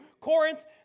Corinth